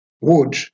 wood